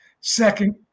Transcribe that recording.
Second